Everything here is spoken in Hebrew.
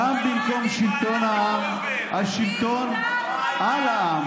"" קם במקום שלטון העם השלטון על העם,